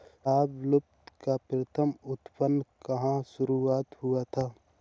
शाहबलूत का प्रथम उत्पादन कहां शुरू हुआ था?